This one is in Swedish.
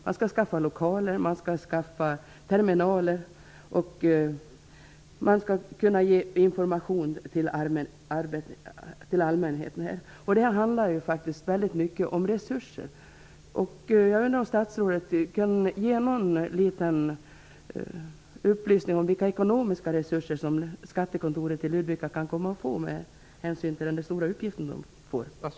Man skall skaffa lokaler, man skall skaffa terminaler och man skall kunna ge information till allmänheten. Det handlar mycket om resurser. Jag undrar om statsrådet kan ge någon liten upplysning om vilka ekonomiska resurser som skattekontoret i Ludvika kan komma att få med hänsyn till den stora uppgift man åläggs.